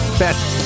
best